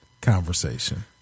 conversation